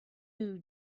who